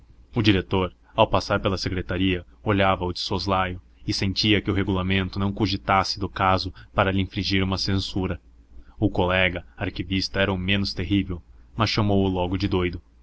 o diretor ao passar pela secretaria olhava-o de soslaio e sentia que o regulamento não cogitasse do caso para lhe infligir uma censura o colega arquivista era o menos terrível mas chamou-o logo de doido